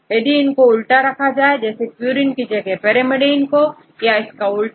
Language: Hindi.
यदि इनको उल्टा रखा जाए जैसे प्यूरीन की जगह पैरिमिडीन या इसका उल्टा